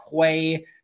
Quay